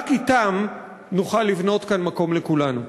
רק אתם נוכל לבנות כאן מקום לכולנו.